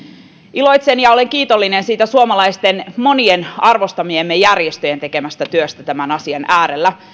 iloitsen ja olen kiitollinen siitä monien arvostamiemme suomalaisten järjestöjen tekemästä työstä tämän asian äärellä